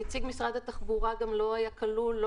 נציג משרד התחבורה גם לא היה כלול לא